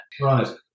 Right